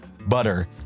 butter